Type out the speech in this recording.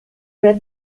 read